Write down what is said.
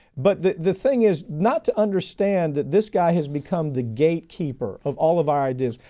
but the, the thing is not to understand that this guy has become the gatekeeper of all of our ideas.